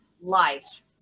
life